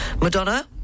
Madonna